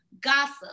gossip